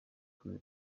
ukwiye